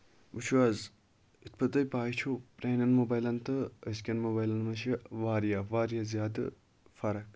وٕچھِو حظ یِتھ پٲٹھۍ تۄہہِ پاے چھو پرانیٚن موبایلَن تہٕ أزکین موبایلن منٛز چھِ واریاہ واریاہ زیادٕ فرق